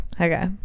okay